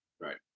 right